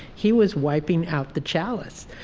he was wiping out the chalice.